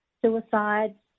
suicides